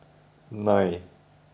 nine